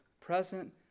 present